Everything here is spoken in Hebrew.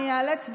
אני איאלץ,